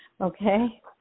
Okay